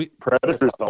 Predators